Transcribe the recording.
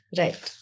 right